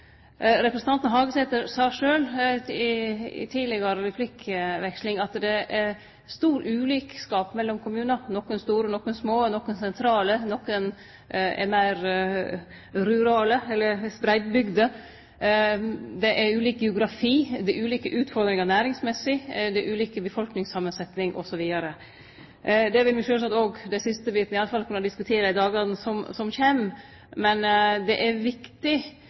Representanten Hagesæter sa sjølv i tidlegare replikkveksling at det er stor ulikskap mellom kommunar – nokre store og nokre små, nokre sentrale og nokre meir rurale, med spreidd busetnad. Det er ulik geografi, det er ulike utfordringar næringsmessig, det er ulik befolkningssamansetjing osv. Det vil me òg kunne diskutere i dagane som kjem – iallfall den siste biten – men det er viktig